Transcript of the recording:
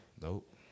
nope